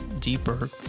deeper